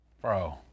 Bro